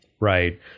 right